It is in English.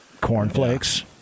Cornflakes